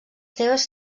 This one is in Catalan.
seves